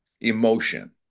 emotion